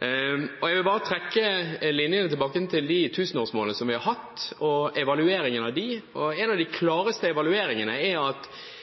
Jeg vil bare trekke en linje tilbake igjen til de tusenårsmålene som vi har hatt, og evalueringen av dem. En av de klareste evalueringene er at